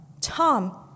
Tom